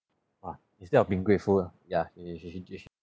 ah instead of being grateful lah ya you should should you should